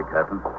Captain